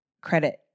credit